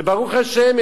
וברוך השם,